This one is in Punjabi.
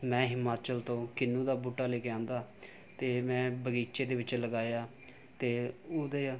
ਮੈਂ ਹਿਮਾਚਲ ਤੋਂ ਕਿੰਨੂ ਦਾ ਬੂਟਾ ਲੈ ਕੇ ਆਉਂਦਾ ਅਤੇ ਮੈਂ ਬਗੀਚੇ ਦੇ ਵਿੱਚ ਲਗਾਇਆ ਅਤੇ ਉਹਦੇ